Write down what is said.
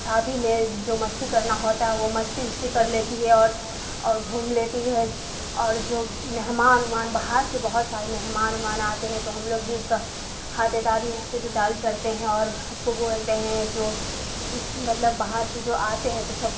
شادی میں جو مستی کرنا ہوتا ہے وہ مستی وستی کر لیتی ہے اور اور گھوم لیتی ہے اور جو مہمان ومان باہر سے بہت سارے مہمان ومان آتے ہیں تو ہم لوگ بھی اس کا خاطر داری اوترداری کرتے ہیں اور سب کو بولتے ہیں جو مطلب باہر سے جو آتے ہیں تو سب